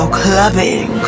clubbing